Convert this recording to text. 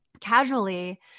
casually